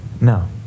No